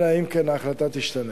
אלא אם כן ההחלטה תשתנה.